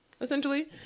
essentially